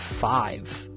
five